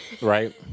right